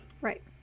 Right